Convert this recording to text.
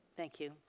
thank you.